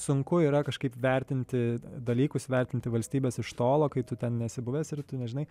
sunku yra kažkaip vertinti dalykus vertinti valstybės iš tolo kai tu ten nesi buvęs ir tu nežinai